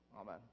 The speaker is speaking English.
Amen